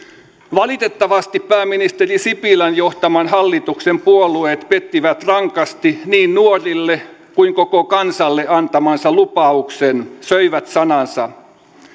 valitettavasti pääministeri sipilän johtaman hallituksen puolueet pettivät rankasti niin nuorille kuin koko kansallekin antamansa lupauksen söivät sanansa